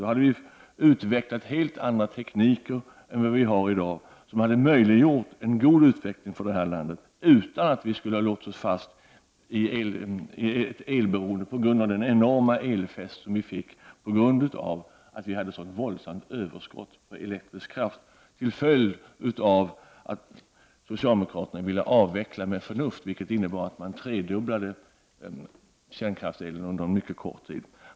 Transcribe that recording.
Då hade helt andra tekniker utvecklats som hade möjliggjort en god utveckling för detta land, utan att vi hade låst oss fast i ett elberoende genom den enorma elfesten på grund av det våldsamma överskott på elektrisk kraft som var en följd av att socialdemokraterna ville ”avveckla med förnuft”, vilket innebar att kärnkraftselen tredubblades under mycket kort tid.